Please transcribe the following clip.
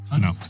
No